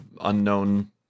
unknown